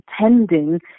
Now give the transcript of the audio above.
pretending